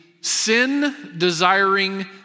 sin-desiring